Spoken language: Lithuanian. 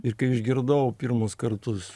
ir kai išgirdau pirmus kartus